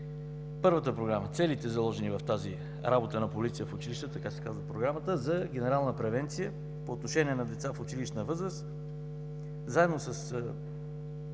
Първата програма – целите, заложени в тази „Работа на полиция в училищата“ – така се казва Програмата, за генерална превенция по отношение на деца в училищна възраст, заедно с